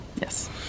Yes